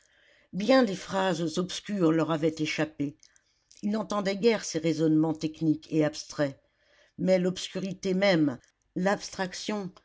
bien des phrases obscures leur avaient échappé ils n'entendaient guère ces raisonnements techniques et abstraits mais l'obscurité même l'abstraction